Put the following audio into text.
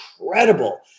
incredible